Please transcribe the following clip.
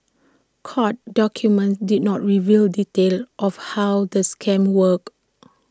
court documents did not reveal details of how the scam worked